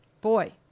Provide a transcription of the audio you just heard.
Boy